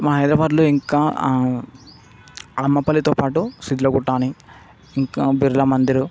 మా హైదరాబాద్లో ఇంకా అమ్మపల్లితో పాటు శిధిలగుట్ట అని ఇంకా బిర్లామందిరు